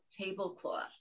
tablecloth